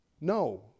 No